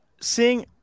seeing